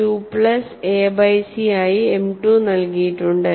2 plus A by C ആയി M2 നൽകിയിട്ടുണ്ട്